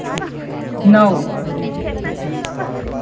नौ